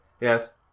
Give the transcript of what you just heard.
Yes